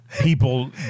people